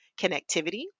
connectivity